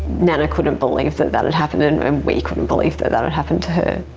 nanna couldn't believe that that it happened and we couldn't believe that that it happened to her.